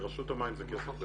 לרשות המים זה כסף גדול.